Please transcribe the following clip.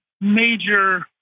major